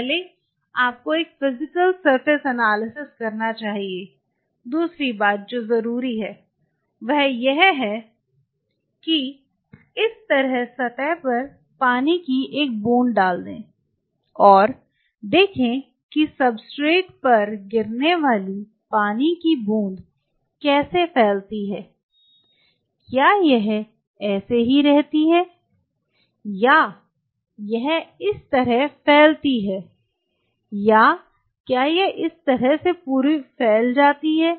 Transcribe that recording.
पहले आपको एक फिजिकल सरफेस एनालिसिस करना चाहिए दूसरी बात जो ज़रूरी है वो यह है कि इस सतह पर पानी की एक बूंद डाल दें और देखें कि सब्सट्रेट पर गिरने वाली पानी की बूंद कैसे फैलती है क्या यह ऐसे ही रहता है या क्या यह इस तरह फैलती है या क्या यह इस तरह से फैलती है